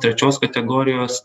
trečios kategorijos